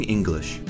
English